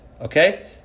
Okay